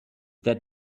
that